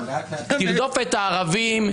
תרדוף את הערבים,